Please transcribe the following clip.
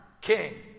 king